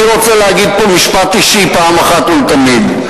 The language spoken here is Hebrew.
אני רוצה להגיד פה משפט אישי פעם אחת ולתמיד.